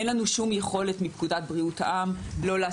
לא תהיה לנו שום יכולת מתוקף פקודת בריאות העם לעשות